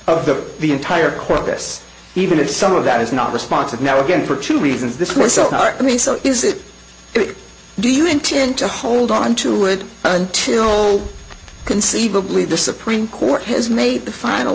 of the the entire corpus even if some of that is not responsive now again for two reasons this myself i mean is it do you intend to hold on to it until conceivably the supreme court has made the final